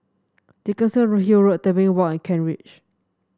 Dickenson Road Hill Road Tebing Walk and Kent Ridge